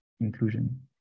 inclusion